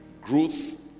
growth